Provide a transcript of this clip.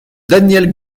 daniel